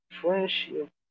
friendship